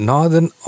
Northern